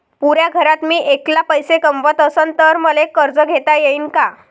पुऱ्या घरात मी ऐकला पैसे कमवत असन तर मले कर्ज घेता येईन का?